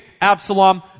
Absalom